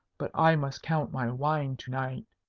but i must count my wine to-night.